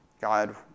God